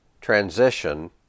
transition